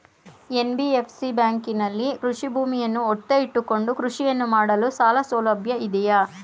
NBFC ಬ್ಯಾಂಕಿನಲ್ಲಿ ಕೃಷಿ ಭೂಮಿಯನ್ನು ಒತ್ತೆ ಇಟ್ಟುಕೊಂಡು ಕೃಷಿಯನ್ನು ಮಾಡಲು ಸಾಲಸೌಲಭ್ಯ ಇದೆಯಾ?